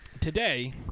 today